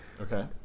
Okay